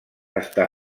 està